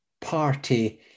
party